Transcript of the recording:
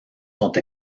sont